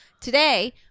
today